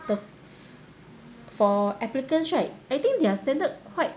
the for applicants right I think their standard quite